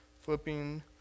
Flipping